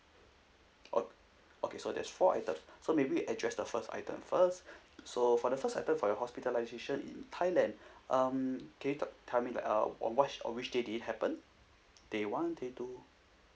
o~ okay so there's four item so maybe we address the first item first so for the first item for your hospitalisation in thailand um can you talk tell me like uh on what or which day did it happen day one day two